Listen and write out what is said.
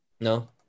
No